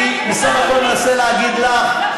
אני בסך הכול מנסה להגיד לך,